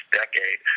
decade